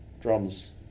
Drums